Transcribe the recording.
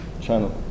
channel